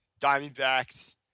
Diamondbacks